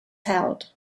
held